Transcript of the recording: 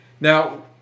Now